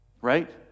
right